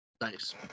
Nice